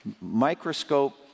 microscope